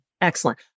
Excellent